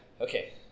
okay